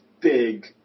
big